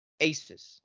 Aces